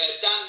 Dan